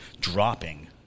dropping